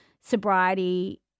sobriety